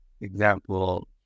example